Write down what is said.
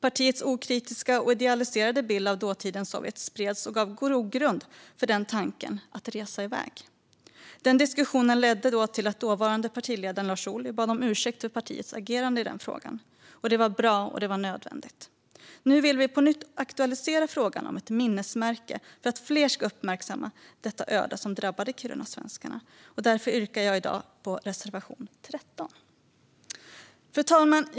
Partiets okritiska och idealiserande bild av dåtidens Sovjet spreds och gav grogrund för tanken att resa iväg. Denna diskussion ledde till att dåvarande partiledaren Lars Ohly bad om ursäkt för partiets agerande i frågan. Detta var bra och nödvändigt. Nu vill vi på nytt aktualisera frågan om ett minnesmärke för att fler ska uppmärksamma det öde som drabbade kirunasvenskarna. Därför yrkar jag i dag bifall till reservation 13. Fru talman!